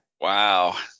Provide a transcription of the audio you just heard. Wow